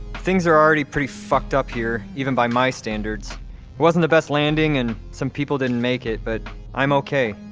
things are already pretty fucked up here, even by my standards it wasn't the best landing, and some people didn't make it but i'm okay.